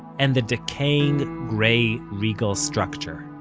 and the decaying grey regal structure